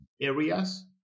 areas